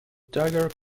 dagger